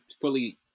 fully